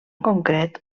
concret